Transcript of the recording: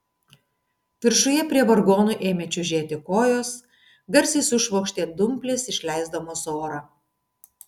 viršuje prie vargonų ėmė čiužėti kojos garsiai sušvokštė dumplės išleisdamos orą